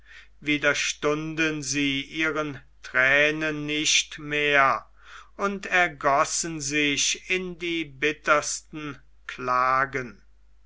widerstunden sie ihren thränen nicht mehr und ergossen sich in die bittersten klagen